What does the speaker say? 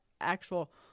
actual